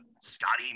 Scotty